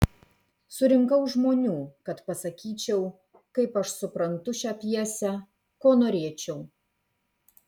surinkau žmonių kad pasakyčiau kaip aš suprantu šią pjesę ko norėčiau